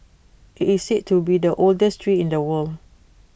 IT is said to be the oldest tree in the world